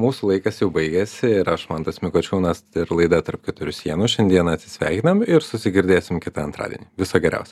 mūsų laikas jau baigėsi ir aš mantas mikočiūnas ir laida tarp keturių sienų šiandien atsisveikinam ir susigirdėsim kitą antradienį viso geriausio